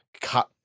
cut